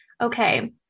okay